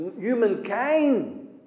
humankind